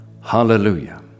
Hallelujah